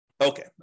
Okay